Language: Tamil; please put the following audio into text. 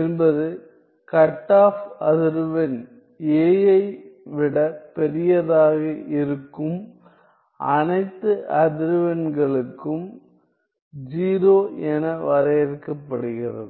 என்பது கட் ஆப் அதிர்வெண் a வை விட பெரியதாக இருக்கும் அனைத்து அதிர்வெண்களுக்கும் 0 என வரையறுக்கப்படுகிறது